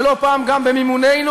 ולא פעם גם במימוננו,